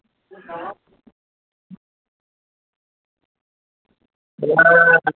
हां